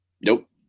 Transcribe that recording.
Nope